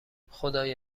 خدای